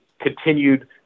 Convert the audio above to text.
continued